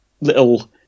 little